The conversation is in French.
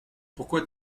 pourquoi